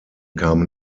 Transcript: kamen